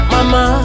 Mama